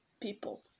people